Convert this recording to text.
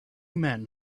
men